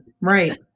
Right